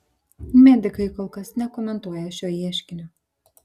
medikai kol kas nekomentuoja šio ieškinio